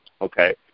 okay